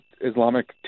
Islamic